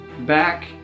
back